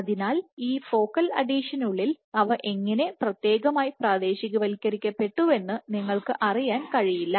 അതിനാൽ ഈ ഫോക്കൽ അഡീഷനുള്ളിൽ അവ എങ്ങനെ പ്രത്യേകമായി പ്രാദേശികവൽക്കരിക്കപ്പെട്ടുവെന്ന് നിങ്ങൾക്ക് അറിയാൻ കഴിയില്ല